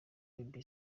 baby